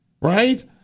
Right